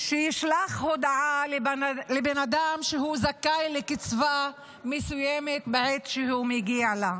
שישלח הודעה לבן אדם שזכאי לקצבה מסוימת שמגיעה לו.